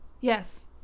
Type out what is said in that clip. Yes